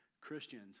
Christians